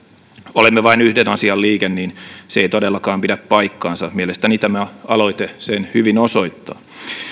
olemme vain yhden asian liike niin se ei todellakaan pidä paikkaansa mielestäni tämä aloite sen hyvin osoittaa